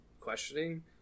questioning